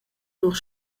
lur